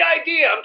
idea